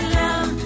love